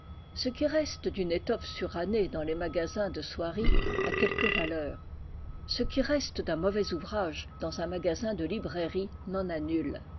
ce qui reste d'une étoffe surannée dans les magasins de soierie a quelque valeur ce qui reste d'un mauvais ouvrage dans un magasin de librairie n'en